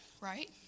right